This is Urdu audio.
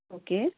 اوکے